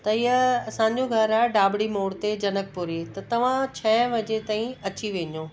त हीअं असांजो घरु आहे डाबड़ी मोड़ ते जनकपूरी त तव्हां छह वजे ताईं अची वेंदो